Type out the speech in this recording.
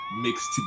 mixed